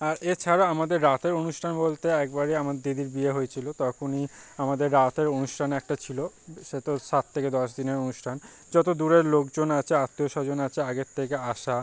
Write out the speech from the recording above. আর এছাড়া আমাদের রাতের অনুষ্ঠান বলতে একবারই আমার দিদির বিয়ে হয়েছিল তখনই আমাদের রাতের অনুষ্ঠান একটা ছিল সে তো সাত থেকে দশ দিনের অনুষ্ঠান যত দূরের লোকজন আছে আত্মীয় স্বজন আছে আগের থেকে আসা